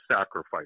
sacrifice